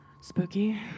Spooky